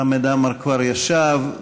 חמד עמאר, כבר ישב.